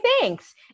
thanks